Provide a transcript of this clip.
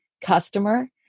customer